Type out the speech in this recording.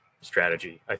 strategy